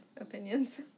opinions